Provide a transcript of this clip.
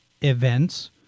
events